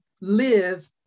live